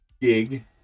gig